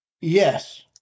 Yes